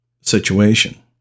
situation